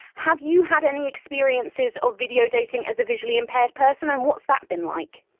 have you had any experiences of video dating as a visually impaired person and what's that been like?